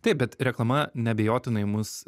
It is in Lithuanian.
taip bet reklama neabejotinai mus